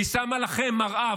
היא שמה לכם מראה,